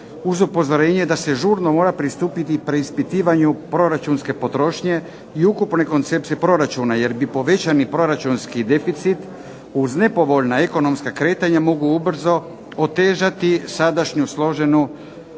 uz upozorenje da se žurno mora pristupiti i preispitivanju proračunske potrošnje i ukupne koncepcije proračuna jer bi povećani proračunski deficit uz nepovoljna ekonomska kretanju mogao ubrzo otežati sadašnju složenu